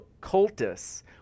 Cultus